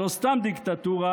ולא סתם דיקטטורה,